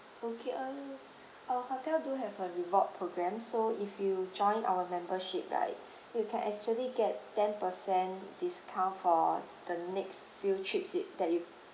okay um our hotel do have a reward programme so if you join our membership right you can actually get ten percent discount for the next few trips it that you